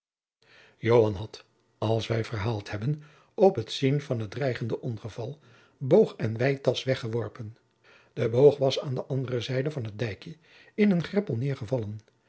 had als wij verhaald hebben op het zien van het dreigend ongeval boog en weitasch weggeworpen de boog was aan de andere zijde van het dijkje in een greppel